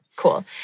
Cool